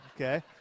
okay